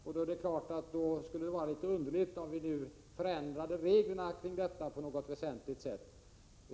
Det skulle då verka underligt om vi nu på något väsentligt sätt förändrade reglerna i fråga om detta.